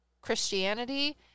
Christianity